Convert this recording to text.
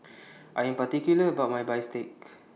I Am particular about My Bistake